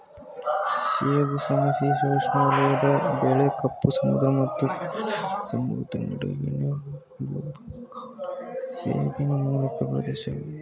ಸೇಬು ಸಮಶೀತೋಷ್ಣ ವಲಯದ ಬೆಳೆ ಕಪ್ಪು ಸಮುದ್ರ ಮತ್ತು ಕ್ಯಾಸ್ಪಿಯನ್ ಸಮುದ್ರ ನಡುವಿನ ಭೂಭಾಗವು ಸೇಬಿನ ಮೂಲ ಪ್ರದೇಶವಾಗಿದೆ